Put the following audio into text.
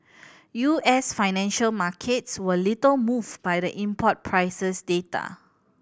U S financial markets were little moved by the import prices data